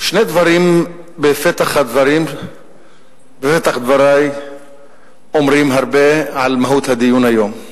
שני דברים בפתח דברי אומרים הרבה על מהות הדיון היום.